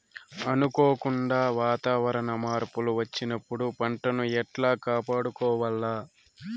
అనుకోకుండా వాతావరణ మార్పులు వచ్చినప్పుడు పంటను ఎట్లా కాపాడుకోవాల్ల?